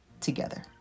together